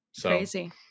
crazy